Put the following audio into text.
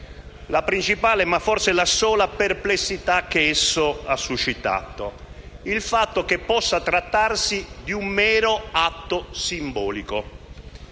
la principale, ma forse la sola perplessità che esso ha suscitato che possa trattarsi di un mero atto simbolico.